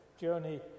journey